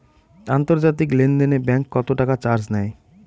আন্তর্জাতিক লেনদেনে ব্যাংক কত টাকা চার্জ নেয়?